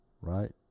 right